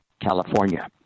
California